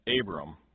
Abram